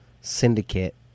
syndicate